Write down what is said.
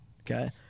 Okay